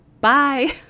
Bye